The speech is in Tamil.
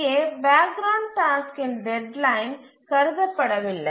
இங்கே பேக் கிரவுண்ட் டாஸ்க்கின் டெட்லைன் கருதபடவில்லை